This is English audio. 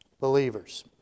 believers